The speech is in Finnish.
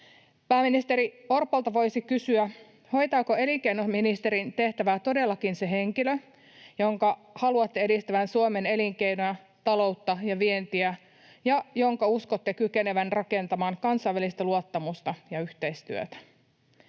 Pääministeri Orpolta voisi kysyä, hoitaako elinkeinoministerin tehtävää todellakin se henkilö, jonka haluatte edistävän Suomen elinkeinoja, taloutta ja vientiä ja jonka uskotte kykenevän rakentamaan kansainvälistä luottamusta ja yhteistyötä.